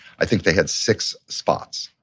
i think they had six spots.